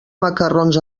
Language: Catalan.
macarrons